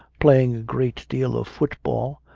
play ing a great deal of football,